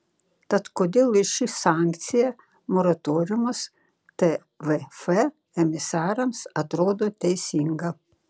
tad kodėl ir ši sankcija moratoriumas tvf emisarams atrodo teisinga